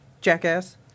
Jackass